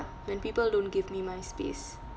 when people don't give me my space